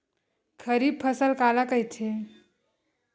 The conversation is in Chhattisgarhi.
खरीफ फसल काला कहिथे?